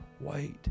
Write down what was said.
wait